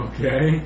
Okay